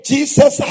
Jesus